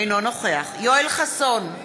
אינו נוכח יואל חסון,